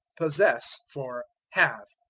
possess for have.